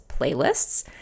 playlists